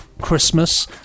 christmas